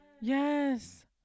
Yes